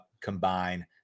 combine